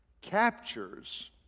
captures